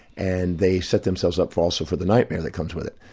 and they set themselves up also for the nightmare that comes with it.